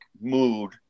mood